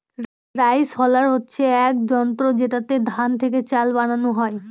rice huller হচ্ছে এক যন্ত্র যেটাতে ধান থেকে চাল বানানো হয়